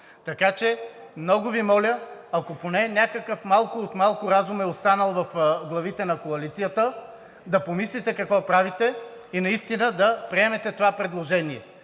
Така че, много Ви моля, ако поне някакъв малко от малко разум е останал в главите на коалицията, да помислите какво правите и наистина да приемете това предложение.